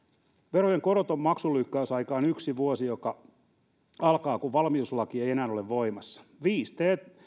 verojen koroton maksulykkäysaika on yksi vuosi joka alkaa kun valmiuslaki ei enää ole voimassa viisi